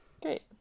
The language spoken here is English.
Great